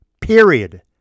period